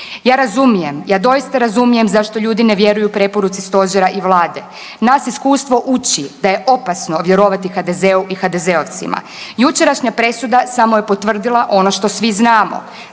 Ja razumijem, ja doista razumijem zašto ljudi ne vjeruju preporuci stožera i vlade, nas iskustvo uči da je opasno vjerovati HDZ-u i HDZ-ovcima, jučerašnja presuda samo je potvrdila ono što vi znamo